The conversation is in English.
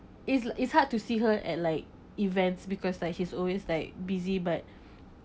is is hard to see her at like events because like she's always like busy but